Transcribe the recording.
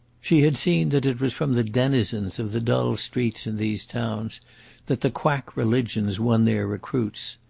she had seen that it was from the denizens of the dull streets in these towns that the quack religions won their recruits.